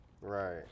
Right